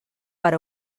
per